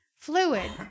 Fluid